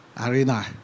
arena